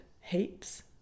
heaps